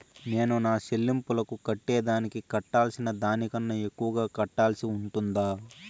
నేను నా సెల్లింపులకు కట్టేదానికి కట్టాల్సిన దానికన్నా ఎక్కువగా కట్టాల్సి ఉంటుందా?